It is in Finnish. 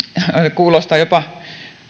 kuulostaa jopa